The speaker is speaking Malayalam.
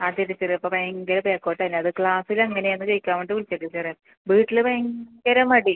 അതെ ടീച്ചറെ ഇപ്പോൾ ഭയങ്കര ബാക്കോട്ടേനു അത് ക്ലാസ്സിൽ എങ്ങനെയാണ് കേൾക്കാൻ വേണ്ടിയിട്ട് വിളിച്ചയാ ടീച്ചറെ വീട്ടിൽ ഭയങ്കര മടി